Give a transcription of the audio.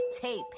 tape